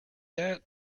that